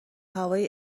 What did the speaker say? هوای